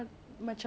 manusia